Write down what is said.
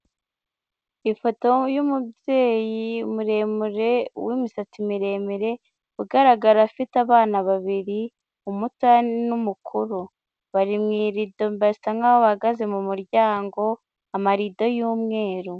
Ifoto y'umubyeyi muremure w'imisatsi miremire ugaragara afite abana babiri umutoya n'umukuru bari mu irido basa nkaho bahagaze mu muryango amarido y'umweru.